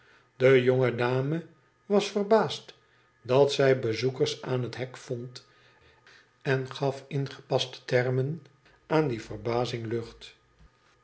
de jonge dame was verbaasd dat zij bezoekers aan het hek vond en gaf in gepaste termen aan die verbazing lucht